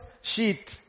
sheet